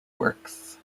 works